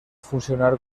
funcionar